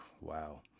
wow